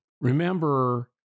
remember